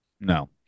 No